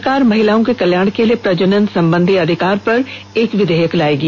सरकार महिलाओं के कल्याण के लिए प्रजनन संबंधी अधिकार पर एक विघेयक लायेगी